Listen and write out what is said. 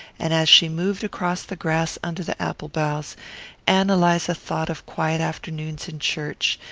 and as she moved across the grass under the apple-boughs ann eliza thought of quiet afternoons in church,